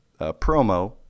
promo